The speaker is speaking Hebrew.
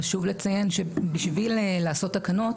חשוב לציין שבשביל לעשות תקנות,